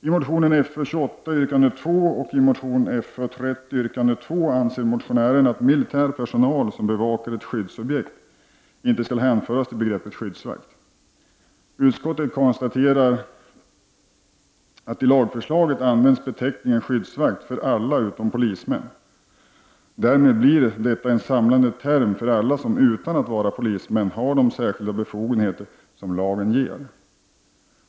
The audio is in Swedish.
I motion Fö28 yrkande 2 och i motion Fö30 yrkande 2 hemställer motionärerna att militär personal som bevakar ett skyddsobjekt inte skall benämnas skyddsvakt. Utskottet konstaterar att beteckningen skyddsvakt i lagförslaget används för alla utom polismän. Därmed blir detta en samlande term för alla som utan att vara polismän har de särskilda befogenheter som lagen ger.